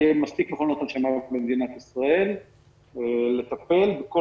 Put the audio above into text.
יהיו מספיק מכונות הנשמה במדינת ישראל לטפל בכל